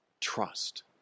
trust